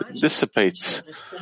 dissipates